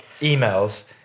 emails